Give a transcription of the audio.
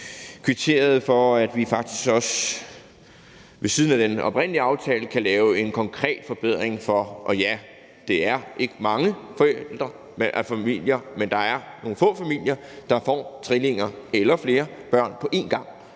kvitterede for, at vi faktisk også ved siden af den oprindelige aftale kan lave en konkret forbedring for nogle familier – det er ikke mange familier, det handler om, men der er nogle få familier, der får trillinger eller flere børn på en gang.